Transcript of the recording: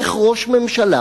איך ראש ממשלה